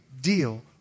deal